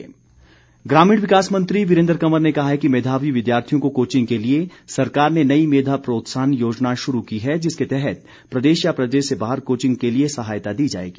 वीरेन्द्र कंवर ग्रामीण विकास मंत्री वीरेन्द्र कंवर ने कहा है कि मेधावी विद्यार्थियों को कोचिंग के लिए सरकार ने नई मेधा प्रोत्साहन योजना शुरू की है जिसके तहत प्रदेश या प्रदेश से बाहर कोचिंग के लिए सहायता दी जाएगी